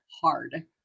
Hard